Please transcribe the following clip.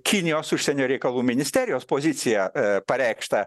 kinijos užsienio reikalų ministerijos poziciją pareikštą